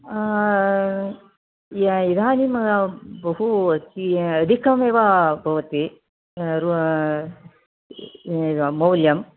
इदानीम् बहु अधिकम् एव भवति मूल्यम्